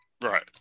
Right